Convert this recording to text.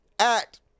act